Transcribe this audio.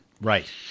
Right